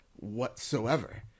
whatsoever